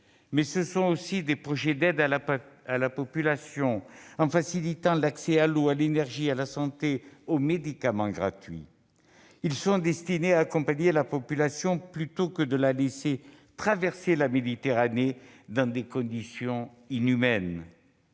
mais ce sont aussi des projets d'aide à la population tendant à faciliter l'accès à l'eau, à l'énergie, à la santé, aux médicaments gratuits. Ils sont destinés à accompagner la population plutôt que de la laisser traverser la Méditerranée dans des conditions inhumaines.